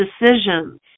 decisions